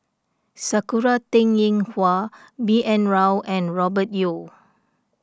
Sakura Teng Ying Hua B N Rao and Robert Yeo